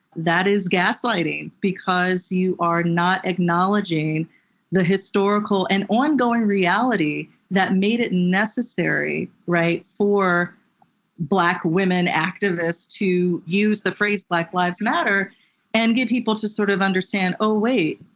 that is gaslighting, because you are not acknowledging the historical and ongoing reality that made it necessary for black women activists to use the phrase black lives matter and get people to sort of understand, oh, wait.